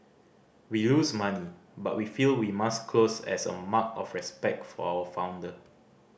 we lose money but we feel we must close as a mark of respect for our founder